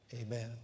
amen